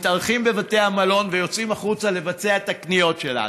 מתארחים בבתי המלון ויוצאים החוצה לבצע את הקניות שלנו.